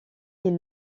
est